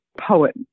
poet